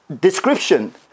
description